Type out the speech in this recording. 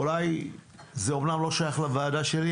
אולי זה אמנם לא שייך לוועדה הזאת,